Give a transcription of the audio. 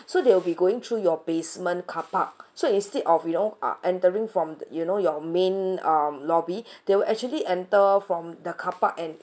so they'll be going through your basement car park so instead of you know uh entering from you know your main um lobby they will actually enter from the car park and